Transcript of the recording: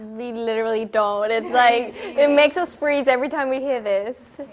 we literally don't. it's like it makes us freeze every time we hear this.